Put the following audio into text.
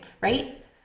right